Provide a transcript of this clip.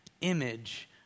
image